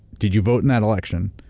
did you vote in that election?